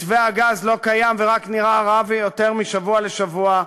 מתווה הגז לא קיים ורק נראה רע יותר משבוע לשבוע,